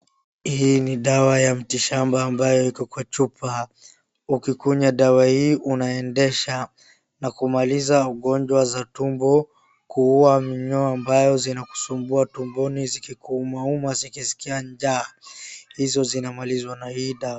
Hii ni dawa ya mtishamba ambayo iko kwa chupa, ukikunywa dawa hii unaendesha na kumaliza ugonjwa za tumbo, kuua minyoo ambayo zinakusumbua tumboni, zikikuuma uma zikiskia njaa, hizo zinamalizwa na hii dawa.